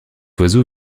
oiseau